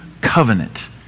covenant